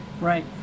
Right